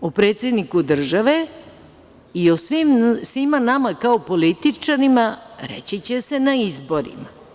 o predsedniku države i o svima nama kao političarima, reći će se na izborima.